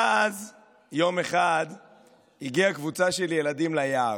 ואז יום אחד הגיעה קבוצה של ילדים ליער,